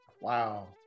Wow